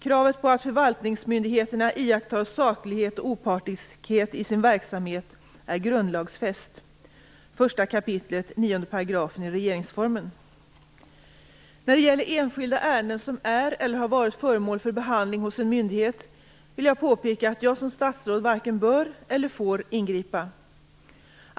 Kravet på att förvaltningsmyndigheterna iakttar saklighet och opartiskhet i sin verksamhet är grundlagsfäst (1 kap. 9 § När det gäller enskilda ärenden som är eller har varit föremål för behandling hos en myndighet vill jag påpeka att jag som statsråd varken bör eller får ingripa.